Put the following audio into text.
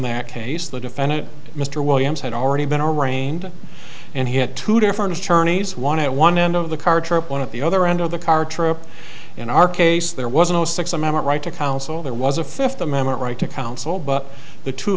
that case the defendant mr williams had already been arraigned and he had two different attorneys want to have one end of the car trip one of the other end of the car trip in our case there was no six amendment right to counsel there was a fifth amendment right to counsel but the two